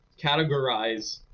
categorize